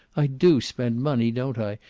i do spend money, don't i?